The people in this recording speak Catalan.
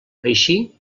així